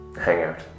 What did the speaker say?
hangout